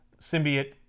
symbiote